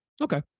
Okay